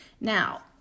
Now